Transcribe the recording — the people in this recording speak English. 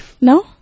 No